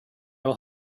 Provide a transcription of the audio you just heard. will